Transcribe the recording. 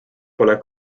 pole